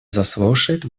заслушает